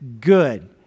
good